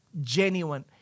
genuine